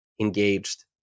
engaged